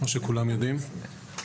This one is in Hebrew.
כמו שכולם יודעים,